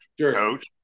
Coach